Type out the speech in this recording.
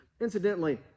incidentally